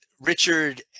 Richard